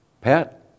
Pat